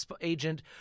agent